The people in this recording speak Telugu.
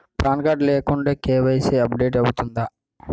పాన్ కార్డ్ లేకుండా కే.వై.సీ అప్ డేట్ అవుతుందా?